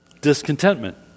Discontentment